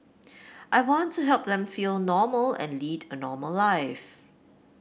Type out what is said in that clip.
I want to help them feel normal and lead a normal life